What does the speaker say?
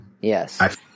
Yes